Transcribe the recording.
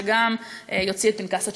שגם יוציא את פנקס הצ'קים.